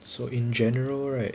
so in general right